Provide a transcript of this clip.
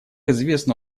известно